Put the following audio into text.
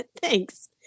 Thanks